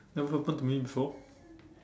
never happened to me before